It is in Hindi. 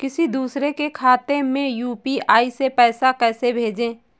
किसी दूसरे के खाते में यू.पी.आई से पैसा कैसे भेजें?